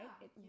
right